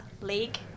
League